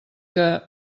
que